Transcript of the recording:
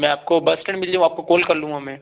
मैं आपको bus stand मिल जाऊँ आपको कोल कर लूँगा मैं